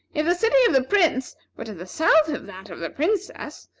if the city of the prince were to the south of that of the princess,